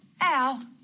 Al